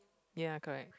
ya correct